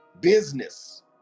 Business